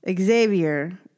Xavier